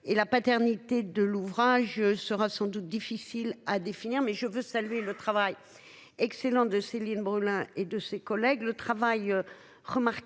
et la paternité de l'ouvrage sera sans doute difficile à définir mais je veux saluer le travail excellent de Céline Brulin, et de ses collègues, le travail remarquable